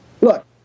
Look